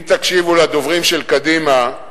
אם תקשיבו לדוברים של קדימה,